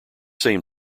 same